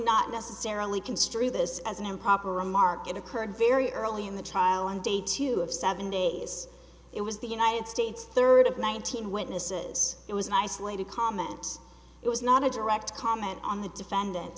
not necessarily construe this as an improper remark it occurred very early in the trial on day two of seven days it was the united states third of nineteen witnesses it was an isolated comment it was not a direct comment on the defendant